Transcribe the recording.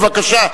בבקשה,